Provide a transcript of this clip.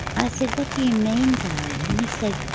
i said, what do you mean darling? and he said,